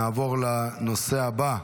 נעבור לנושא הבא.